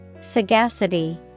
Sagacity